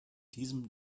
diesem